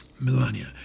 Melania